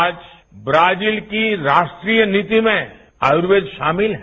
आज ब्राजील की राष्ट्रीय नीति में आयुर्वेद शामिल है